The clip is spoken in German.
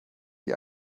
die